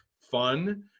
fun